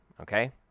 okay